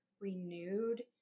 renewed